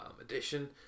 addition